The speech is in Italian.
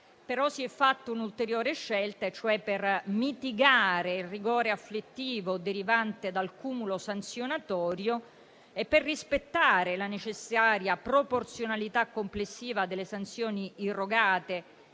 Si è fatta però un'ulteriore scelta per mitigare il rigore afflittivo derivante dal cumulo sanzionatorio e, per rispettare la necessaria proporzionalità complessiva delle sanzioni irrogate